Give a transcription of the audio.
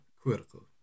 critical